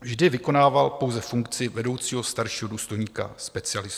Vždy vykonával pouze funkci vedoucího staršího důstojníkaspecialisty.